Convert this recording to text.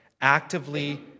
actively